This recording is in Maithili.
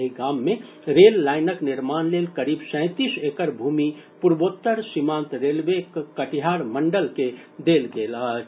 एहि गाम मे रेल लाईनक निर्माण लेल करीब सैंतीस एकड़ भूमि पूर्वोत्तर सीमांत रेलवेक कटिहार मंडल के देल गेल अछि